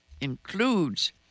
includes